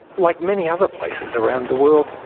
like many other places around the world,